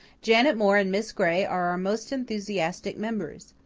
janet moore and miss gray are our most enthusiastic members.